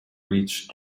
reached